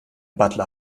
butler